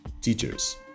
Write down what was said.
teachers